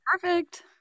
Perfect